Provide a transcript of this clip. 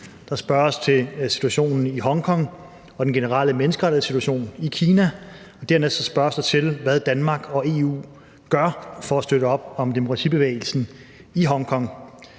Der spørges til situationen i Hongkong og den generelle menneskerettighedssituation i Kina. Dernæst spørges der til, hvad Danmark og EU gør for at støtte op om demokratibevægelsen i Hongkong.